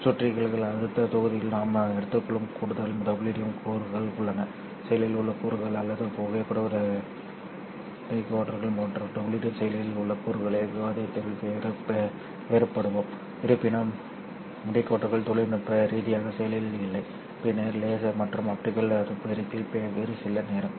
சுற்றறிக்கைகள் அடுத்த தொகுதியில் நாம் எடுத்துக்கொள்ளும் கூடுதல் WDM கூறுகள் உள்ளன செயலில் உள்ள கூறுகள் அல்லது புகைப்பட டிகோடர்கள் போன்ற WDM செயலில் உள்ள கூறுகளின் விவாதத்தில் வேறுபடுவோம் இருப்பினும் டிகோடர்கள் தொழில்நுட்ப ரீதியாக செயலில் இல்லை பின்னர் லேசர் மற்றும் ஆப்டிகல் பெருக்கிகள் வேறு சில நேரம்